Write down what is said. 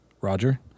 Roger